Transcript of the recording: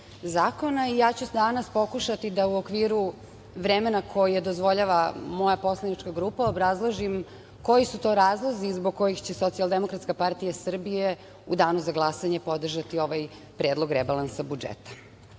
zakona i danas ću pokušati da u okviru vremena koje dozvoljava moja poslanička grupa obrazložim koji su to razlozi zbog kojih će Socijaldemokratska partija Srbije u danu za glasanje podržati ovaj Predlog rebalansa budžeta.Za